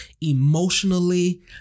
emotionally